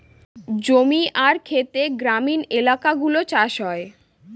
জমি আর খেতে গ্রামীণ এলাকাগুলো চাষ হয়